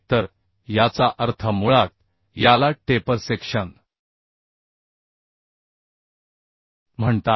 तर याचा अर्थ मुळात याला टेपर सेक्शन म्हणतात